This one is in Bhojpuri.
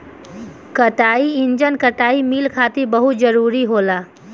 कताई इंजन कताई मिल खातिर बहुत जरूरी होला